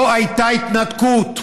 לא הייתה התנתקות.